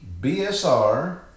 BSR